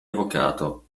avvocato